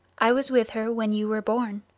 i was with her when you were born.